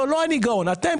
אבל לא אני גאון; אתם,